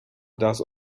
does